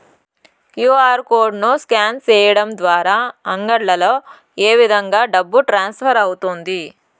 QR code ను scan సేయడం ద్వారా అంగడ్లలో ఏ విధంగా డబ్బు ట్రాన్స్ఫర్ అవుతుంది